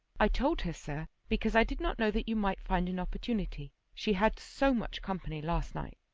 i told her, sir, because i did not know that you might find an opportunity she had so much company last night.